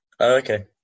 Okay